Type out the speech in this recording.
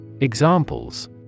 Examples